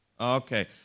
Okay